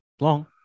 Long